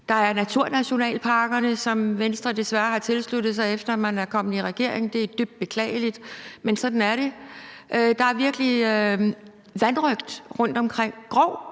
der er naturnationalparkerne, som Venstre desværre har tilsluttet sig, efter man er kommet i regering – det er dybt beklageligt, men sådan er det. Der er virkelig vanrøgt rundtomkring,